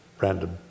random